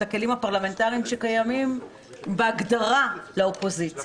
הכלים הפרלמנטריים שקיימים בהגדרה לאופוזיציה.